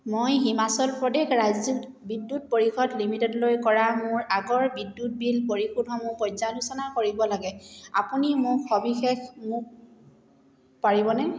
মই হিমাচল প্ৰদেশ ৰাজ্যিক বিদ্যুৎ পৰিষদ লিমিটেডলৈ কৰা মোৰ আগৰ বিদ্যুৎ বিল পৰিশোধসমূহ পৰ্যালোচনা কৰিব লাগে আপুনি মোক সবিশেষ মোক পাৰিবনে